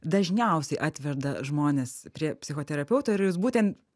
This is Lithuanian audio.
dažniausiai atveda žmones prie psichoterapeuto ir jūs būten